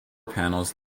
panels